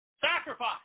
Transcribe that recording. sacrifice